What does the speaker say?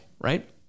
right